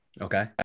Okay